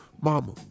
Mama